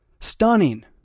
stunning